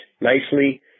nicely